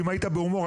אם היית בהומור,